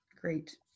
Great